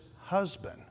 husband